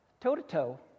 toe-to-toe